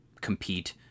compete